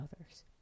others